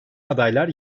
adaylar